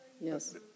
Yes